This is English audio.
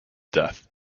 death